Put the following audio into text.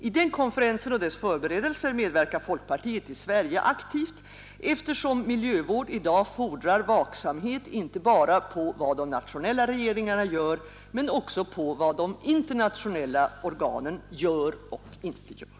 I den konferensen och dess förberedelser medverkar folkpartiet i Sverige aktivt, eftersom miljövård i dag fordrar vaksamhet inte bara på vad de nationella regeringarna gör men också på vad de internationella organen gör — och inte gör.